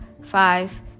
five